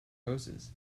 roses